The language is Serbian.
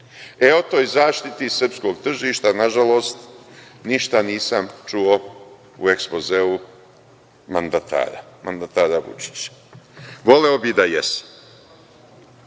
E, o toj zaštiti srpskog tržišta, nažalost, ništa nisam čuo u ekspozeu mandatara Vučića. Voleo bih da